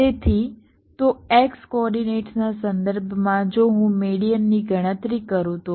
તેથી તો x કોઓર્ડિનેટ્સના સંદર્ભમાં જો હું મેડીઅનની ગણતરી કરું તો